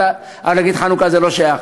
נגיד חנוכה זה לא שייך,